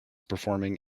performing